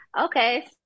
Okay